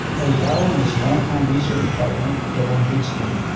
eliyahu and his long-time research partner, doron witztum,